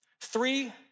Three